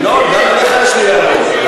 ינון, גם אליך יש לי הערות,